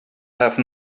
have